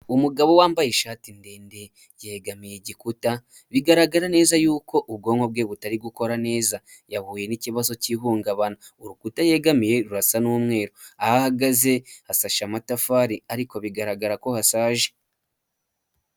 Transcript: Umugabo wambaye ishati ndende yegamiye igikuta, bigaragara neza yuko ubwonko bwe butari gukora neza, yahuye n'ikibazo cy'ihungabana. Urukuta yegamiye rurasa n'umweru, aho ahagaze hasashe amatafari, ariko bigaragara ko hashaje.